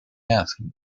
asking